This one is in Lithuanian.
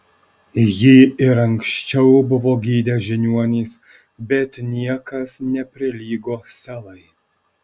jį ir anksčiau buvo gydę žiniuonys bet niekas neprilygo selai